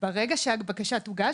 ברגע שהבקשה תוגש,